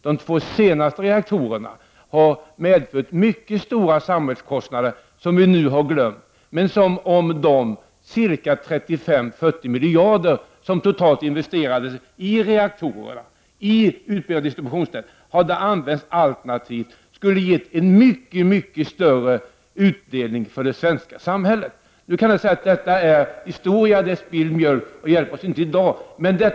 De två senast tillkomna reaktorerna har medfört mycket stora samhällskostnader vilka vi redan har glömt. Om de 35-40 miljarder som totalt har investerats i reaktorer och en utbyggnad av distributionsnätet hade använts på ett alternativt sätt, då skulle utdelningen för det svenska samhället ha blivit mycket större. Nu är detta historia, spilld mjölk, och det hjälper inte att tala om den i dag.